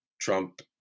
Trump